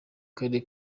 karere